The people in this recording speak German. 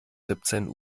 siebzehn